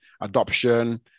adoption